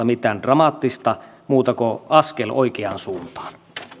mitään dramaattista muuta kuin askel oikeaan suuntaan